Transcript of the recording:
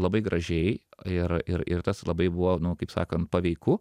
labai gražiai ir ir ir tas labai buvo kaip sakant paveiku